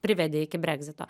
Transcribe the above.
privedė iki bregzito